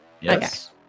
Yes